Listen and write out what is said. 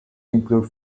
include